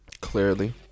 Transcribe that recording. clearly